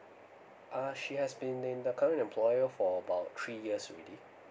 uh she has been in the current employer for about three years already